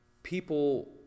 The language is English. people